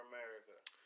America